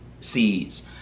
seeds